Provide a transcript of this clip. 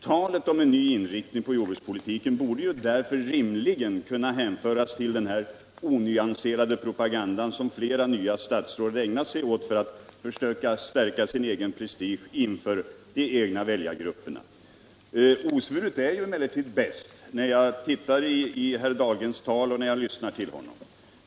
Talet om en ny inriktning av jordbrukspolitiken borde därför rimligen kunna hänföras till den onyanserade propaganda som flera nya statsråd ägnar sig åt för att försöka stärka sin prestige inför de egna väljargrupperna. Osvuret är emellertid bäst.